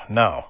no